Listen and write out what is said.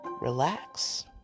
relax